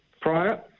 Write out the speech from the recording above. Prior